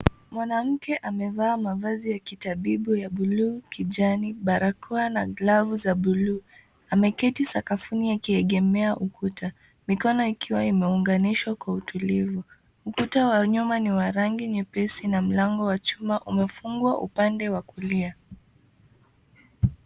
Mwanamke amevaa mavazi ya kitabibu ya buluu kijani, barakoa na glavu za buluu. Ameketi sakafuni akiegemea ukuta mikono ikiwa imeunganishwa kwa utulivu. Ukuta wa nyuma ni wa rangi nyepesi na mlango wa chuma umefungwa upande wa kulia.